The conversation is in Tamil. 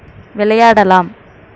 விளையாடலாம்